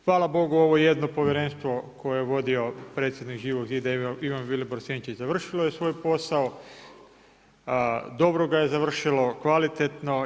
Hvala bogu ovo je jedno povjerenstvo koje je vodio predsjednik Živog zida Ivan Vilibor Sinčić, završilo je svoj posao, dobro ga je završilo, kvalitetno.